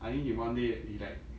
I think he one day he like